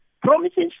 Promises